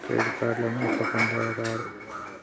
Credit కార్డులను ఎట్లా పొందుతరు?